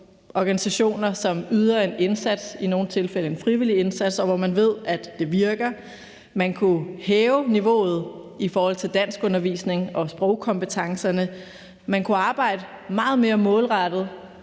organisationer, som yder en indsats, i nogle tilfælde en frivillig indsats, og hvor man ved, at det virker. Man kunne hæve niveauet i forhold til danskundervisning og sprogkompetencerne. Man kunne arbejde meget mere målrettet